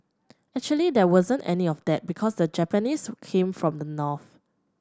actually there wasn't any of that because the Japanese came from the north